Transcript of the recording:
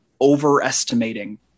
overestimating